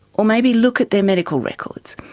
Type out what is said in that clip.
or maybe look at their medical records?